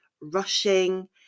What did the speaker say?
rushing